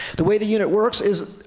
the way the unit works is,